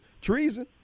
treason